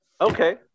Okay